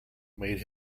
made